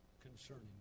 concerning